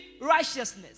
righteousness